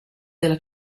della